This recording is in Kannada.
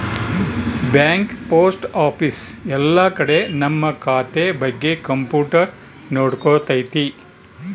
ಬ್ಯಾಂಕ್ ಪೋಸ್ಟ್ ಆಫೀಸ್ ಎಲ್ಲ ಕಡೆ ನಮ್ ಖಾತೆ ಬಗ್ಗೆ ಕಂಪ್ಯೂಟರ್ ನೋಡ್ಕೊತೈತಿ